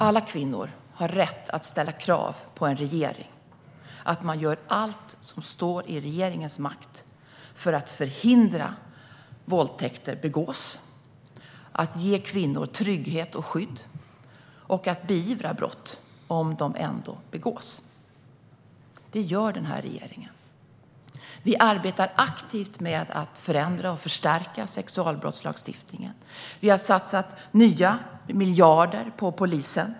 Alla kvinnor har rätt att ställa krav på en regering att man gör allt som står i regeringens makt för att förhindra att våldtäkter begås, att ge kvinnor trygghet och skydd och att beivra brott om de ändå begås. Det gör den här regeringen. Vi arbetar aktivt med att förändra och förstärka sexualbrottslagstiftningen. Vi har satsat nya miljarder på polisen.